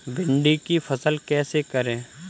भिंडी की फसल कैसे करें?